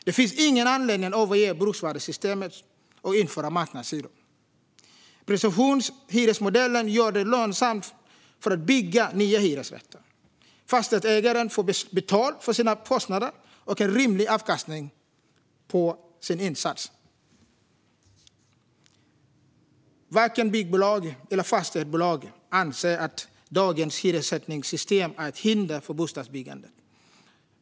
Det finns ingen anledning att överge bruksvärdessystemet och införa marknadshyror. Presumtionshyresmodellen gör det lönsamt att bygga nya hyresrätter. Fastighetsägaren får betalt för sina kostnader och en rimlig avkastning på sin insats. Varken byggbolag eller fastighetsbolag anser att dagens hyressättningssystem är ett hinder för bostadsbyggandet.